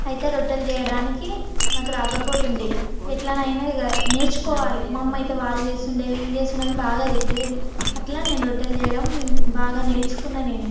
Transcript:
అయితే రొట్టెలు చెయ్యడానికి నాకు రాకపోయేది ఎలానైనా ఇక నేర్చుకోవాలి మా అమ్మయితే వాళ్ళు చేస్తుండేది వీళ్ళు చేస్తుండేది అని బాగా తిట్టేది అట్లా నేను రొట్టెలు చేయడం బాగా నేర్చుకున్నాను నేను